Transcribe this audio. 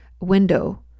window